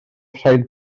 rhaid